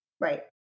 Right